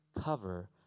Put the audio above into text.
cover